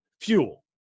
fuel